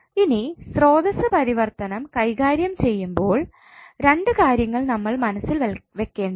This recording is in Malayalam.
ഇനി സ്രോതസ്സ് പരിവർത്തനം കൈകാര്യം ചെയ്യുമ്പോൾ രണ്ട് കാര്യങ്ങൾ നമ്മൾ മനസ്സിൽ വെക്കേണ്ടതുണ്ട്